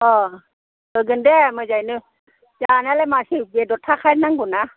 अह होगोन दे मोजाङैनो जानायालाय माथो बेदर थाखा नांगौना